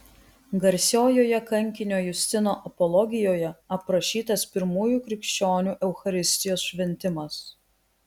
garsiojoje kankinio justino apologijoje aprašytas pirmųjų krikščionių eucharistijos šventimas